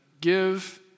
give